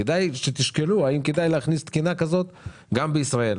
אז כדאי שתשקלו האם כדאי להכניס תקינה כזאת גם בישראל.